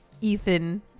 Ethan